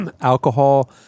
alcohol